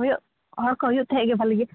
ᱦᱩᱭᱩᱜ ᱦᱚᱲ ᱠᱚ ᱦᱩᱭᱩᱜ ᱛᱟᱦᱮᱸᱜᱮ ᱵᱷᱟᱞᱤᱜᱮ